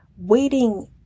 waiting